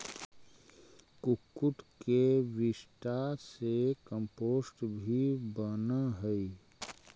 कुक्कुट के विष्ठा से कम्पोस्ट भी बनअ हई